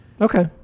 Okay